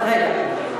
אז רגע,